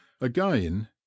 Again